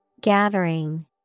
Gathering